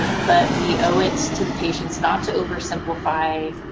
but we owe it to the patients not to oversimplify.